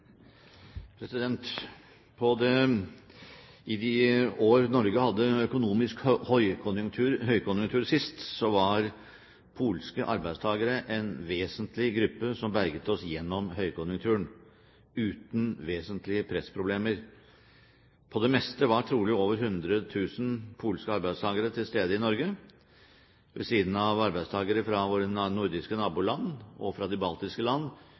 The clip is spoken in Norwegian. pressproblemer. På det meste var trolig over 100 000 polske arbeidstakere til stede i Norge. Ved siden av arbeidstakere fra våre nordiske naboland og fra de baltiske land